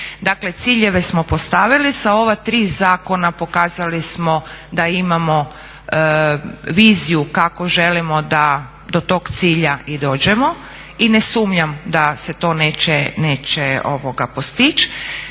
ciljeve smo postavili, sa ova tri zakona pokazali smo da imamo viziju kako želimo da do tog cilja i dođemo i ne sumnjam da se to neće postići.